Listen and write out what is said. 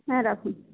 হ্যাঁ রাখুন